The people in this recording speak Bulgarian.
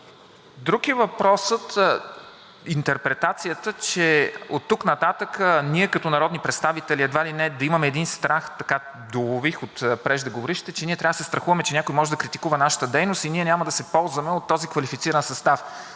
Друг е въпросът – интерпретацията, че, едва ли не оттук нататък ние като народни представители да имаме един страх – така долових от преждеговорившите, че трябва да се страхуваме, че някой може да критикува нашата дейност и ние няма да се ползваме от този квалифициран състав.